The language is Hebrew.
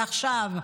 זה עכשיו,